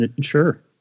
Sure